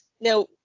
Now